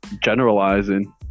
generalizing